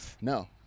No